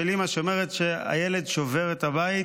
של אימא שאומרת שהילד שובר את הבית